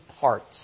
parts